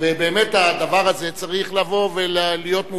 ובאמת הדבר הזה צריך להיות מובהר.